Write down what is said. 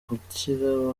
gukira